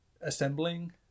assembling